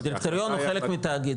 הדירקטוריון הוא חלק מתאגיד.